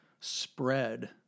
spread